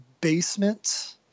basement